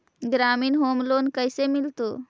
ग्रामीण home loan कैसे मिलतै?